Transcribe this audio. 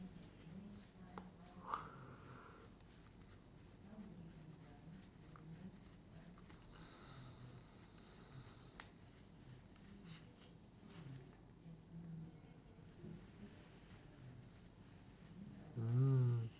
mm